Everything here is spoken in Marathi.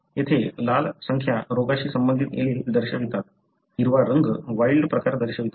येथे लाल संख्या रोगाशी संबंधित एलील दर्शवितात हिरवा रंग वाइल्ड प्रकार दर्शवितो